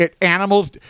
animals